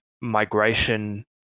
migration